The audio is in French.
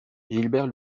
gilbert